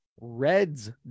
Reds